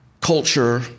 culture